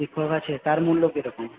শিক্ষক আছে তার মূল্য কিরকম